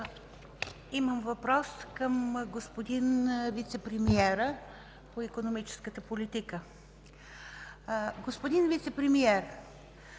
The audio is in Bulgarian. Имам въпрос към господин вицепремиера по икономическата политика. Господин Вицепремиер,